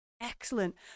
Excellent